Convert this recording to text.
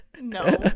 No